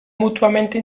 mutuamente